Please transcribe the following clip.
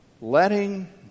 letting